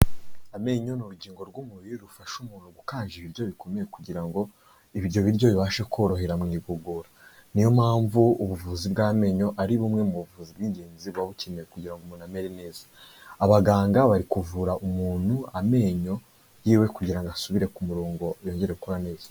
Amenyo ni urugingo rw'umubiri rufasha umuntu gukaja ibiryo bikomeye kugira ngo ibyo biryo bibashe korohera mu igogora niyo mpamvu ubuvuzi bw'amenyo ari bumwe mu buvuzi bw'ingenziba bukeneye kugira ngo umuntumere neza abaganga bari kuvura umuntu amenyo yiwe kugira ngo asubire ku murongo yongere k neza.